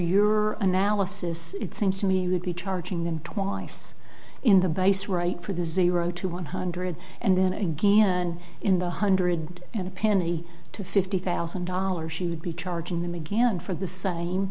your analysis it seems to me would be charging them twice in the base right for the zero to one hundred and then again in the one hundred and a penny to fifty thousand dollars she would be charging them again for the same